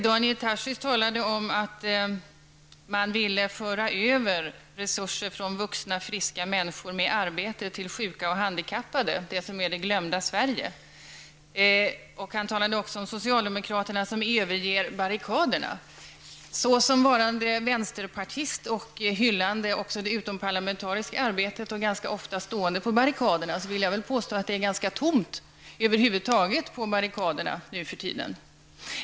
Daniel Tarschys talade om att man ville föra över resurser från vuxna friska människor med arbete till sjuka och handikappade, det som är det glömda Sverige. Han talade också om socialdemokraterna som överger barrikaderna. Såsom varande vänsterpartist och hyllande också det utomparlamentariska arbetet och ganska ofta stående på barrikaderna vill jag påstå att det över huvud taget är ganska tomt på barrikaderna nu för tiden.